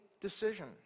decision